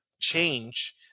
change